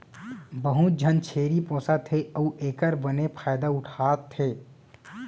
बहुत झन छेरी पोसत हें अउ एकर बने फायदा उठा थें